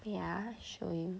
wait ah I show you